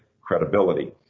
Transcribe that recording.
credibility